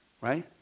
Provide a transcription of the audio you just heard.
Right